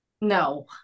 No